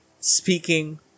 speaking